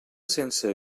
sense